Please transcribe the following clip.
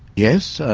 yes.